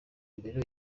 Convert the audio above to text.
mbere